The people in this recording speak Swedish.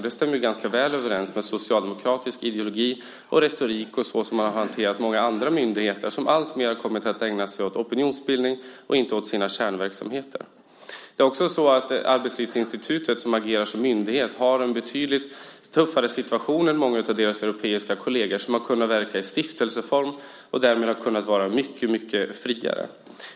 Det stämmer ju ganska väl överens med socialdemokratisk ideologi och retorik och hur man har hanterat många andra myndigheter som alltmer kommit att ägna sig åt opinionsbildning och inte åt sina kärnverksamheter. Arbetslivsinstitutet, som agerar som myndighet, har också en betydligt tuffare situation än många av sina europeiska kolleger som har kunnat verka i stiftelseform och därmed har kunnat vara mycket friare.